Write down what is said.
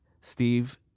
Steve